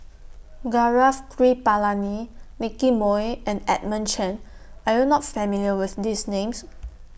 Gaurav Kripalani Nicky Moey and Edmund Chen Are YOU not familiar with These Names